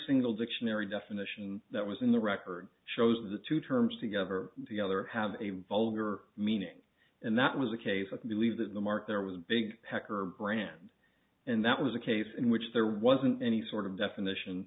single dictionary definition that was in the record shows the two terms together the other have a vulgar meaning and that was the case with the believe that the mark there was a big pecker brand and that was a case in which there wasn't any sort of definition